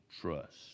trust